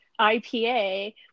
IPA